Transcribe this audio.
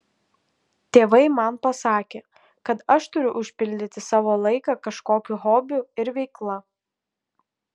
tėvai man pasakė kad aš turiu užpildyti savo laiką kažkokiu hobiu ir veikla